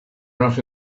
rough